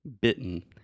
Bitten